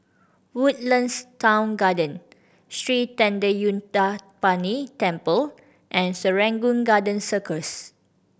Woodlands Town Garden Sri Thendayuthapani Temple and Serangoon Garden Circus